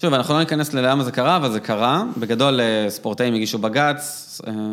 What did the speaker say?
טוב, אנחנו לא ניכנס ללמה זה קרה, אבל זה קרה, בגדול ספורטאים הגישו בג"ץ.